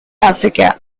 africa